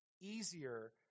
easier